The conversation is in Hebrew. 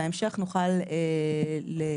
בהמשך נוכל לבקש,